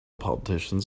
politicians